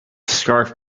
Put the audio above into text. scarf